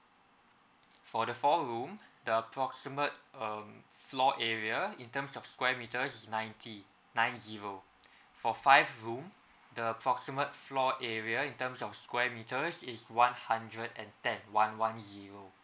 for the four room the proximate um floor area in terms of square meter is ninety nine zero for five room the proximate floor area in terms of square meters is one hundred and ten one one zero